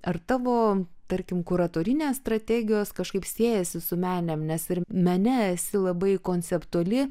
ar tavo tarkim kuratorinės strategijos kažkaip siejasi su meninėm nes ir mene esi labai konceptuali